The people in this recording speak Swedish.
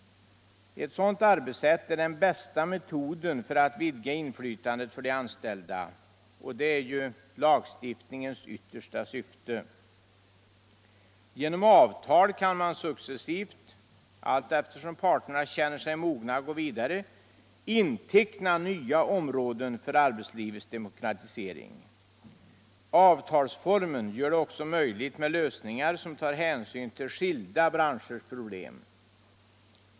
Eu sådant arbetssätt är den bista metoden för att vidga inflytandet för de anställda — och det är ju lagstiftningens yttersta syfte. Genom avtal kan man successivt — allteftersom parterna känner sig mogna att gå vidare — inteckna nya områden för arbetslivets demokratisering. Avtalsformen gör det också möjligt med lösningar som tar hänsyn till skilda branschers problem.